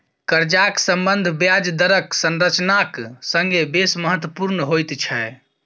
कर्जाक सम्बन्ध ब्याज दरक संरचनाक संगे बेस महत्वपुर्ण होइत छै